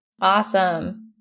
Awesome